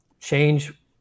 change